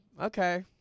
Okay